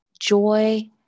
Joy